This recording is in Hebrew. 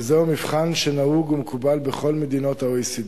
וזהו מבחן שנהוג ומקובל בכל מדינות ה-OECD.